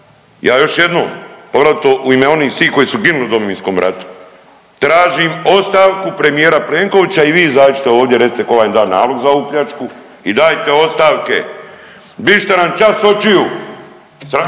ja još jednom poglavito u ime onih svih koji su ginuli u Domovinskom ratu tražim ostavku premijera Plenkovića i vi izađite ovdje recite tko vam je dao nalog za ovu pljačku i dajte ostavke. Bižite nam ča s očiju. Sramite